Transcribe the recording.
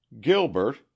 Gilbert